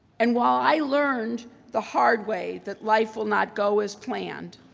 and while i learned the hard way that life will not go as planned,